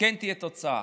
כן תהיה תוצאה.